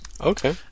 Okay